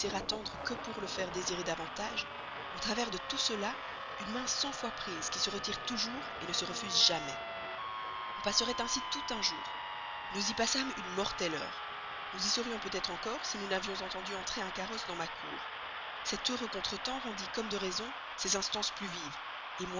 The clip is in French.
attendre que pour le faire désirer davantage au travers de tout cela une main cent fois prise qui se retire toujours ne se refuse jamais on passerait ainsi tout un jour nous y passâmes une mortelle heure nous y serions peut-être encore si nous n'avions entendu entrer un carrosse dans ma cour cet heureux contre-temps rendit comme de raison ses instances plus vives